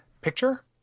picture